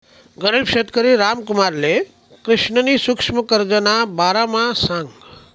गरीब शेतकरी रामकुमारले कृष्णनी सुक्ष्म कर्जना बारामा सांगं